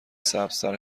سبزتر